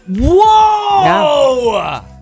Whoa